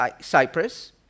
Cyprus